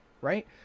Right